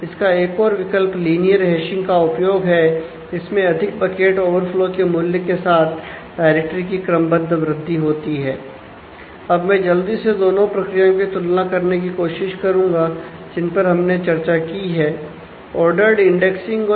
इसका एक और विकल्प लीनियर हैशिंग अब मैं जल्दी से दोनों प्रक्रियाओं की तुलना करने की कोशिश करूंगा जिन पर हमने चर्चा की है